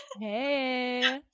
Hey